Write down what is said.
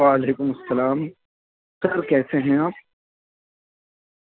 وعلیکم السّلام سر کیسے ہیں آپ